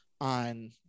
on